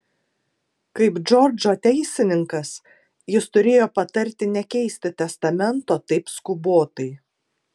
kaip džordžo teisininkas jis turėjo patarti nekeisti testamento taip skubotai